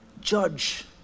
judge